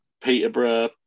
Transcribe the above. Peterborough